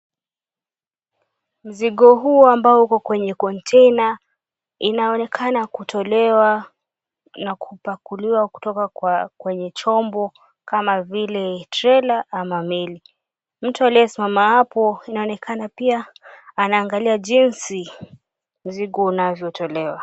Mzigo huu ambao uko kwenye konteina, inaonekana kutolewa na kupakuliwa kutoka kwenye chombo kama vile trela ama meli. Mtu aliyesimama apo anaonekaana pia anaangalia jinsi mzigo unavyotolewa.